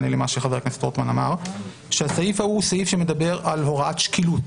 מה שמועבר לפעמים במנגנונים של הודעות חירום,